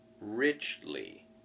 Richly